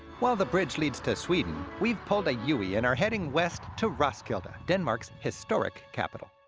while the bridge leads to sweden, we've pulled a yeah u-ey and are heading west to roskilde, denmark's historic capital.